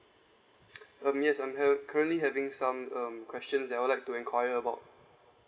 um yes I'm cur~ currently having some um questions that I would like to enquire about